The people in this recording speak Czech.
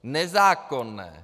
Nezákonné.